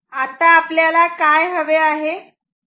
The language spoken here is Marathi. आता आपल्याला काय हवे आहे